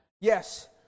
yes